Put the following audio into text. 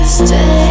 stay